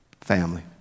Family